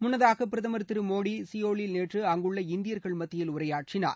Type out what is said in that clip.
முன்னதாக பிரதமர் திரு மோடி சியோலில் நேற்று அங்குள்ள இந்தியர்கள் மத்தியில் உரையாற்றினார்